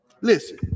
Listen